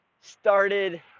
started